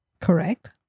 Correct